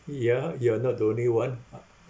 ya you are not the only one uh